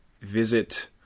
visit